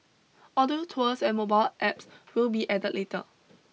audio tours and mobile apps will be added later